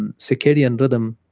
and circadian rhythm